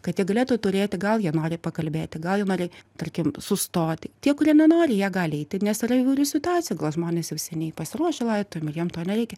kad jie galėtų turėti gal jie nori pakalbėti gal jie nori tarkim sustoti tie kurie nenori jie gali eiti nes yra įvairių situacijų gal žmonės jau seniai pasiruošę laidotuvėm ir jiem to nereikia